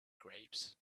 grapes